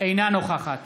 אינה נוכחת